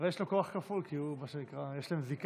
אבל יש לו כוח כפול, כי, מה שנקרא, יש להם זיקה,